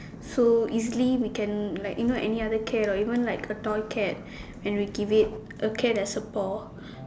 so easily we can like you know any other cat or even like a tall cat and we give it a cat has paw